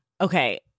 Okay